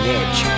edge